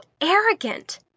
arrogant